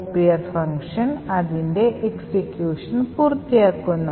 copier അതിന്റെ execution പൂർത്തിയാക്കുന്നു